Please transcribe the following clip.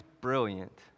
brilliant